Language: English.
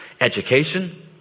education